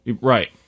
Right